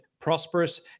prosperous